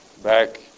back